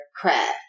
craft